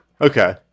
Okay